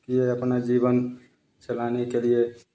किए अपना जीवन चलाने के लिए